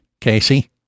casey